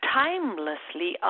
timelessly